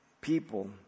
people